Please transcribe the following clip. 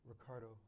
Ricardo